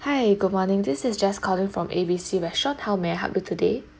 hi good morning this is jess calling from A B C restaurant how may I help you today